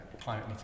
climate